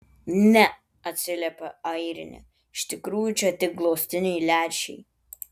ne atsiliepia airinė iš tikrųjų čia tik glaustiniai lęšiai